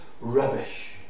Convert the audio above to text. rubbish